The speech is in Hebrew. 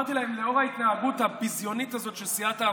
אמרתי להם: לנוכח ההתנהגות הביזיונית הזאת של סיעת העבודה,